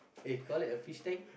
they call it a fish tank